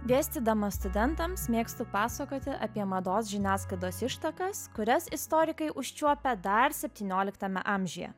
dėstydamas studentams mėgstu pasakoti apie mados žiniasklaidos ištakas kurias istorikai užčiuopia dar septynioliktame amžiuje